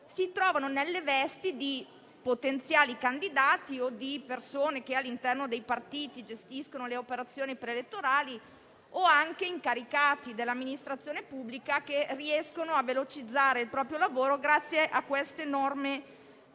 si trovano nelle vesti di potenziali candidati o di persone che all'interno dei partiti gestiscono le operazioni pre-elettorali o anche incaricati dell'amministrazione pubblica che riescono a velocizzare il proprio lavoro grazie a queste norme